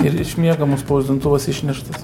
ir iš miegamo spausdintuvas išneštas